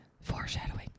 Foreshadowing